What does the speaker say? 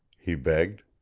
he begged.